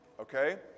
Okay